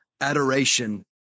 adoration